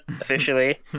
officially